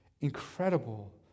incredible